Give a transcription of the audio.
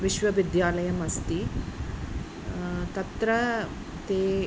विश्वविद्यालयः अस्ति तत्र ते